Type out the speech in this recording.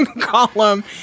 column